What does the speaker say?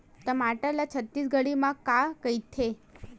टमाटर ला छत्तीसगढ़ी मा का कइथे?